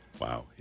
Wow